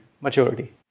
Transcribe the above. maturity